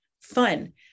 fun